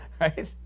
Right